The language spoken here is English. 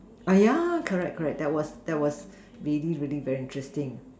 ah yeah correct correct that was that was really really very interesting